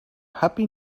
happy